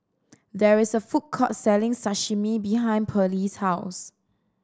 there is a food court selling Sashimi behind Pearley's house